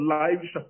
lives